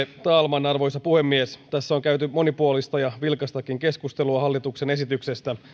talman arvoisa puhemies tässä on käyty monipuolista ja vilkastakin keskustelua hallituksen esityksestä